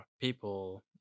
people